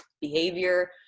behavior